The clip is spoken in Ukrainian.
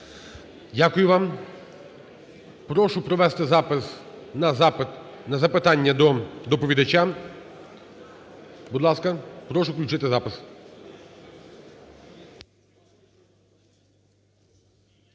Дякую вам. Прошу провести запис на запитання до доповідача. Будь ласка, прошу включити запис.